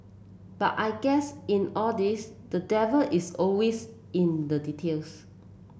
but I guess in all this the devil is always in the details